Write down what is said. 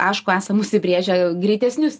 aišku esam užsibrėžę greitesnius